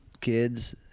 kids